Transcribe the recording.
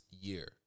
year